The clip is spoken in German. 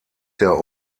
der